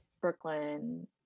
Brooklyn